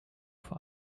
vor